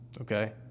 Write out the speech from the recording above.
okay